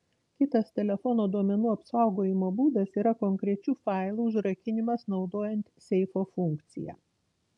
kitas telefono duomenų apsaugojimo būdas yra konkrečių failų užrakinimas naudojant seifo funkciją